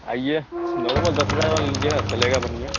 आइए नॉर्मल दस हज़ार वाला लीजिएगा चलेगा बढ़िया